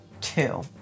two